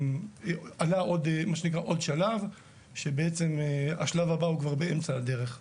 עלה עוד שלב כשבעצם השלב הבא הוא כבר באמצע הדרך.